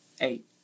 eight